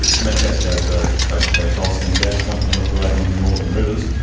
metgasco is ah basically a coal seam gas company operating in the northern rivers,